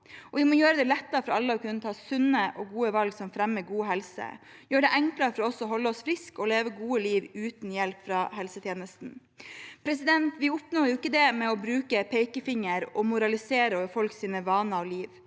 Vi må gjøre det lettere for alle å kunne ta sunne og gode valg som fremmer god helse, og som gjør det enklere for oss å holde oss friske og leve et godt liv uten hjelp fra helsetjenesten. Vi oppnår ikke det med å bruke pekefingeren og moralisere over folks vaner og liv,